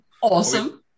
Awesome